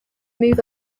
move